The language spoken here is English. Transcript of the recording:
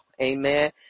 Amen